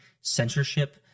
censorship